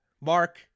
Mark